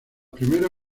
primeros